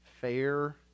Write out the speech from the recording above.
fair